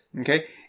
Okay